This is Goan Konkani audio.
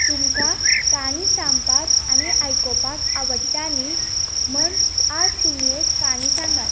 तुमकां काणी सांगपाक आनी आयकपाक आवडटा न्हय म्हूण आयज तुमी एक काणी सांगात